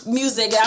music